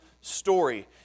story